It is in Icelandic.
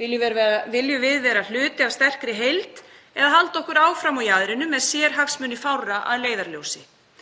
Viljum við vera hluti af sterkri heild eða halda okkur áfram á jaðrinum með sérhagsmuni fárra að leiðarljósi?